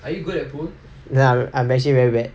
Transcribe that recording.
ya I'm actually very bad